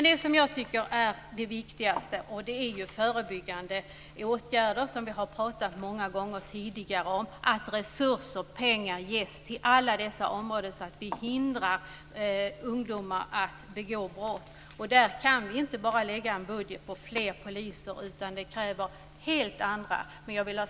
Det som jag tycker är det viktigaste är förebyggande åtgärder, som vi har talat om många gånger tidigare, att resurser och pengar ges till alla dessa områden så att vi hindrar ungdomar att begå brott. Där kan vi inte bara lägga fram en budget med fler poliser, utan det kräver helt andra åtgärder.